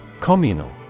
Communal